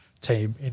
team